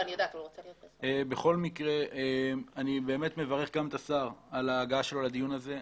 אני מברך את השר על ההגעה שלו לדיון הזה.